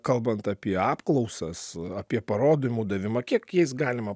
kalbant apie apklausas apie parodymų davimą kiek jais galima